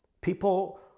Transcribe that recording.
People